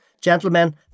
Gentlemen